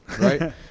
right